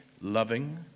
loving